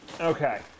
Okay